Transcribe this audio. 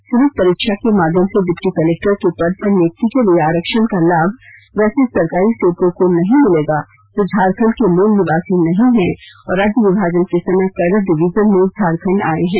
सीमित परीक्षा के माध्यम से डिप्टी कलेक्टर के पद पर नियुक्ति के लिए आरक्षण का लाभ वैसे सरकारी सेवकों को नहीं मिलेगा जो झारखंड के मूल निवासी नहीं हैं और राज्य विभाजन के समय कैडर डिवीजन में झारखंड आए हैं